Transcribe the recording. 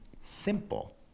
simple